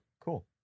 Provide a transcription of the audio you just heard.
Cool